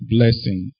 Blessing